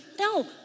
No